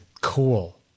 cool